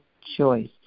choice